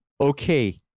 Okay